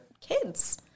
kids